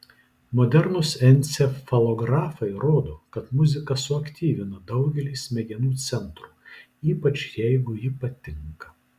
modernūs encefalografai rodo kad muzika suaktyvina daugelį smegenų centrų ypač jeigu ji patinka